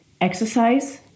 exercise